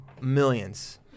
millions